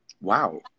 Wow